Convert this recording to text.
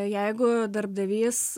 jeigu darbdavys